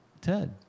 Ted